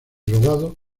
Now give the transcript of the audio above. rodado